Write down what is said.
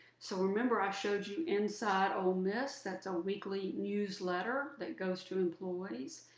so remember i showed you inside ole miss, that's a weekly newsletter that goes to employees.